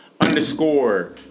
Underscore